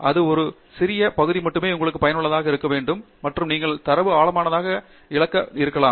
அது ஒரு சிறிய பகுதி மட்டுமே உங்களுக்கு பயனுள்ளதாக இருக்க வேண்டும் மற்றும் நீங்கள் தரவு ஆழமான இழந்து இருக்கலாம்